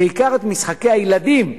בעיקר את משחקי הילדים,